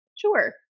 Sure